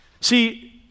See